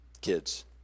kids